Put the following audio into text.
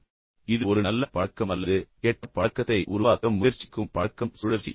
எனவே இது ஒரு நல்ல பழக்கம் அல்லது கெட்ட பழக்கத்தை உருவாக்க முயற்சிக்கும் பழக்கம் சுழற்சி